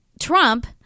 Trump